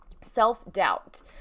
self-doubt